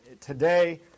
Today